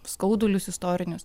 skaudulius istorinius